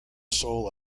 sole